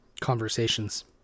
conversations